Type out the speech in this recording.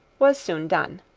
was soon done